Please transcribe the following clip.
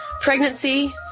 pregnancy